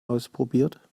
ausprobiert